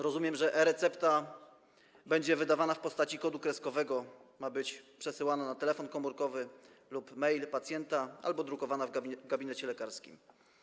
Rozumiem, że w założeniu e-recepta będzie wydawana w postaci kodu kreskowego, ma być przesyłana na telefon komórkowy lub mail pacjenta albo drukowana w gabinecie lekarskim.